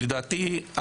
לדעתי,